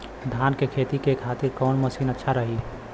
धान के खेती के खातिर कवन मशीन अच्छा रही?